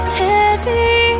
heavy